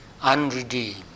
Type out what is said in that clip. unredeemed